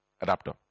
adapter